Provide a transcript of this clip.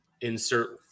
insert